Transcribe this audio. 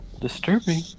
Disturbing